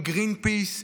עם גרינפיס,